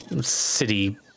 city